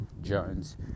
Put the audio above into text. Jones